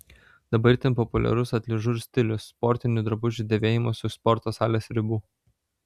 dabar itin populiarus atližur stilius sportinių drabužių dėvėjimas už sporto salės ribų